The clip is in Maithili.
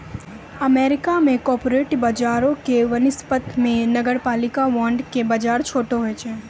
अमेरिका मे कॉर्पोरेट बजारो के वनिस्पत मे नगरपालिका बांड के बजार छोटो होय छै